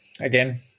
again